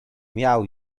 miał